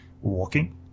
walking